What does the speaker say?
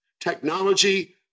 technology